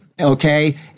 Okay